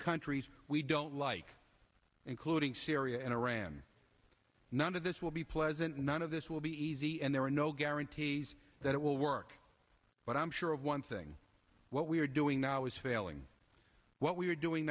countries we don't like including syria and iran none of this will be pleasant and none of this will be easy and there are no guarantees that it will work but i'm sure of one thing what we are doing now is failing what we are doing